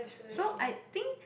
so I think